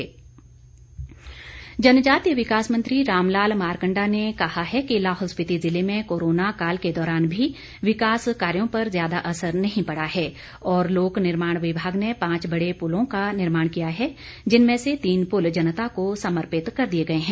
मारकंडा जनजातीय विकास मंत्री रामलाल मारकंडा ने कहा है कि लाहौल स्पिती जिले में कोरोना काल के दौरान भी विकास कार्यों पर ज्यादा असर नहीं पड़ा हैं और लोक निर्माण विभाग ने पांच बड़े पुलों का निर्माण किया है जिनमें से तीन पुल जनता को समर्पित कर दिए गए हैं